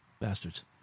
Bastards